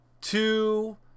two